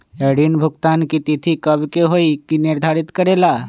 ऋण भुगतान की तिथि कव के होई इ के निर्धारित करेला?